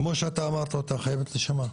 כמו שאתה אמרת אותה, היא חייבת להישמע,